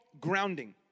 Grounding